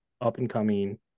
up-and-coming